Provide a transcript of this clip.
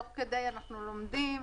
תוך כדי אנחנו לומדים,